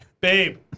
babe